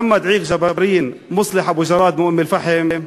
מוחמד ג'בארין ומוסלח אבו ג'ראד מאום-אלפחם,